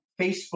Facebook